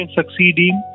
succeeding